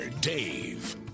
Dave